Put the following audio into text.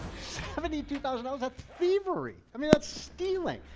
seventy two thousand that's thievery. i mean, that's stealing.